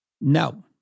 No